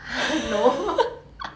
no